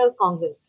Congress